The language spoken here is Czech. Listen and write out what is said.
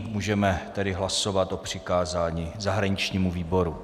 Můžeme tedy hlasovat o přikázání zahraničnímu výboru.